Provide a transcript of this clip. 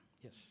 Yes